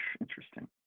Interesting